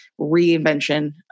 reinvention